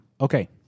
Okay